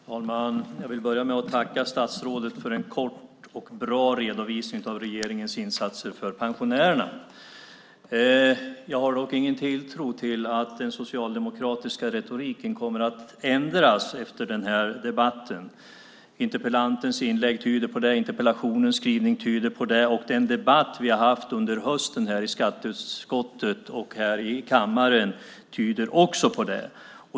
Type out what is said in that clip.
Herr talman! Jag vill börja med att tacka statsrådet för en kort och bra redovisning av regeringens insatser för pensionärerna. Jag har dock ingen tilltro till att den socialdemokratiska retoriken kommer att ändras efter den här debatten. Interpellantens inlägg tyder på det, interpellationens skrivning tyder på det och den debatt som vi har haft under hösten i skatteutskottet och här i kammaren tyder också på det.